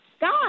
God